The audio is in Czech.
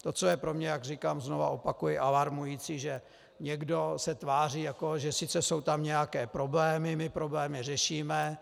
To, co je pro mě, jak říkám a znova opakuji, alarmující, že někdo se tváří, jako že sice jsou tam nějaké problémy, my problémy řešíme.